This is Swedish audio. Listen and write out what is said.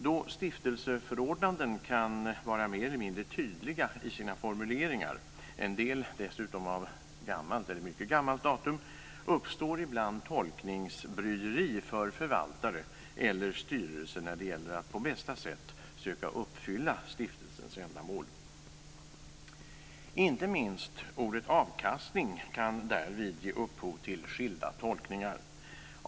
Då stiftelseförordnanden kan vara mer eller mindre tydliga i sina formuleringar - en del är dessutom av gammalt eller mycket gammalt datum - uppstår ibland tolkningsbryderi för förvaltare eller styrelse när det gäller att på bästa sätt försöka uppfylla stiftelsens ändamål. Inte minst ordet avkastning kan därvid ge upphov till skilda tolkningar.